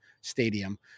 stadium